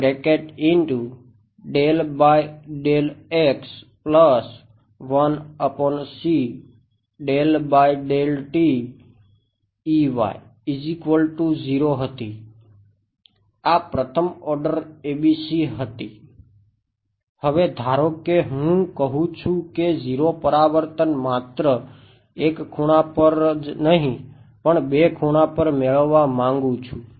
આ પ્રથમ ઓર્ડર માત્ર એક ખૂણા પર જ નહીં પણ બે ખૂણા પર મેળવવા માંગું છું